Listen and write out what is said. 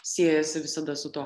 siejasi visada su tuo